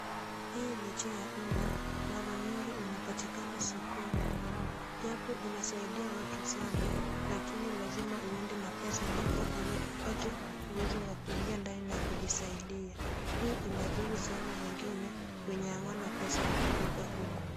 Hii ni choo ya uma, mara mingi unapatikana sokoni. Japo inasaidia watu sana, lakini ni lazima uende na pesa ndipoupate uwezo wa kuingia ndani kujisaidia. Hii inadhuru sana wengine wenye hawana pesa ya kulipa huku.